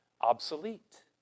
obsolete